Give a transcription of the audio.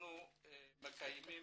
אנחנו מקיימים